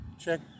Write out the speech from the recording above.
check